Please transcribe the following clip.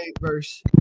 verse